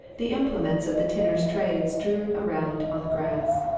the implements of the tinner's trade strewn around on the grass.